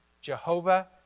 Jehovah